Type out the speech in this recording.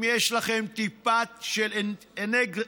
אם יש לכם טיפה של אינטגריטי,